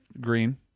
Green